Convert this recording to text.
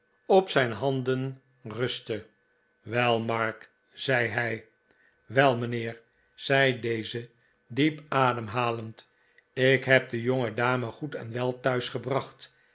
op zijn handen rustte wel mark zei hij wel mijnheer zei deze diep ademhalend ik heb de jongedame goed en wel thuis gebracht